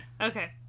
okay